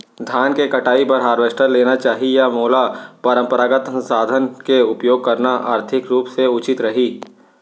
धान के कटाई बर हारवेस्टर लेना चाही या मोला परम्परागत संसाधन के उपयोग करना आर्थिक रूप से उचित रही?